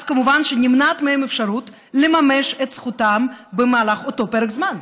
אז כמובן שנמנעת מהם האפשרות לממש את זכותם במהלך אותו פרק זמן,